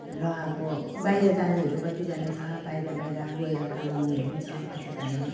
र अब बाहिर जानेहरू कतिजना छ बाहिर बाहिर गएर कमाउनेहरू पनि छ कतिजना